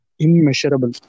immeasurable